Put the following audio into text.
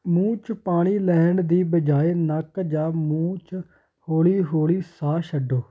ਮੂੰਹ 'ਚ ਪਾਣੀ ਲੈਣ ਦੀ ਬਜਾਏ ਨੱਕ ਜਾਂ ਮੂੰਹ 'ਚ ਹੌਲੀ ਹੌਲੀ ਸਾਹ ਛੱਡੋ